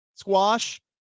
Squash